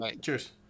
Cheers